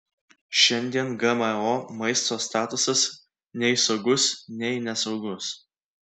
šiandien gmo maisto statusas nei saugus nei nesaugus